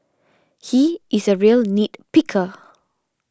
he is a real nit picker